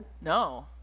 No